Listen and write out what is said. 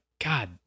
God